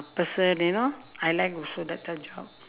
person you know I like also that type job